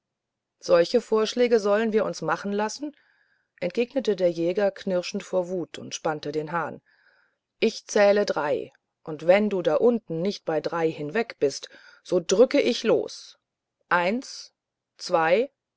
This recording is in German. solche vorschläge sollen wir uns machen lassen entgegnete der jäger knirschend vor wut und spannte den hahn ich zähle drei und wenn du da unten nicht bei drei hinweg bist so drücke ich los eins zwei